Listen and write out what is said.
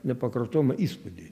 nepakartojamą įspūdį